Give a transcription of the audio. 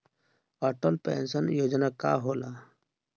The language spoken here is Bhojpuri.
अटल पैंसन योजना का होला?